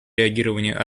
реагирования